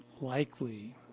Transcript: likely